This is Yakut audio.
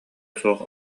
суох